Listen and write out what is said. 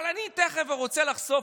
אבל אני רוצה לחשוף,